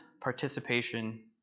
participation